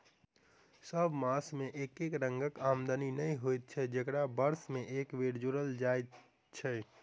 सभ मास मे एके रंगक आमदनी नै होइत छै जकरा वर्ष मे एक बेर जोड़ल जाइत छै